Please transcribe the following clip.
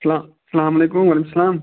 السَلام السَلام علیکُم وعلیکُم السَلام